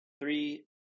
Three